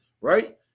right